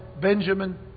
Benjamin